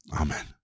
Amen